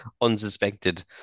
unsuspected